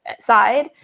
side